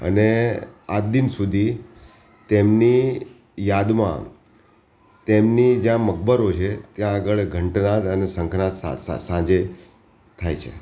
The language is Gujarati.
અને આજ દિન સુધી તેમની યાદમાં તેમની જ્યાં મકબરો છે ત્યાં આગળ ઘંટનાદ અને શંખનાદ સાંજે થાય છે